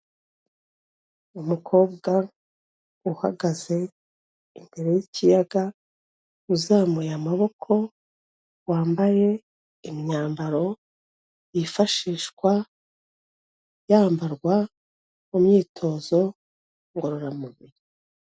Umukobwa uhagaze imbere y'ikiyaga uzamuye amaboko, wambaye imyambaro yifashishwa yambarwa mu myitozo ngororamubiri.